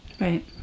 Right